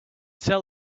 tell